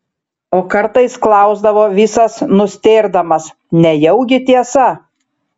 o kartais klausdavo visas nustėrdamas nejaugi tiesa